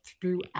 throughout